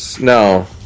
No